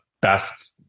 best